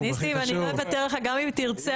ניסים, לא אוותר לך גם אם תרצה.